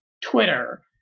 twitter